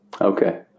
Okay